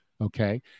Okay